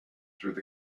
through